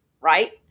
right